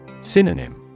Synonym